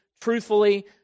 truthfully